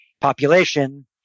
population